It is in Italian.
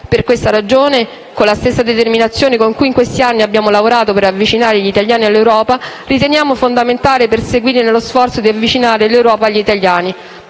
Per questa ragione, con la stessa determinazione con cui in questi anni abbiamo lavorato per avvicinare gli italiani all'Europa, riteniamo fondamentale proseguire nello sforzo di avvicinare l'Europa agli italiani.